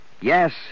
Yes